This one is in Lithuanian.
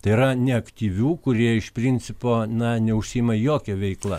tai yra neaktyvių kurie iš principo na neužsiima jokia veikla